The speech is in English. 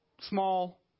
small